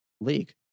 League